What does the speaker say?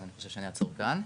אז אני חושב שאני אעצור כאן.